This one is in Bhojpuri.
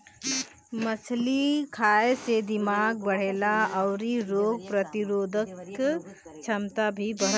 मछरी खाए से दिमाग बढ़ेला अउरी रोग प्रतिरोधक छमता भी बढ़त हवे